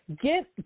Get